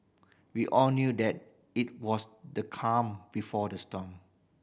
we all knew that it was the calm before the storm